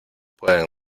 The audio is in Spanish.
pueden